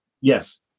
Yes